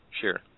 Sure